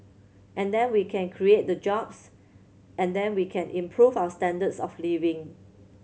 and then we can create the jobs and then we can improve our standards of living